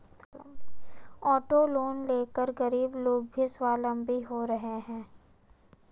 auto loan लेकर गरीब लोग भी स्वावलम्बी हो रहे हैं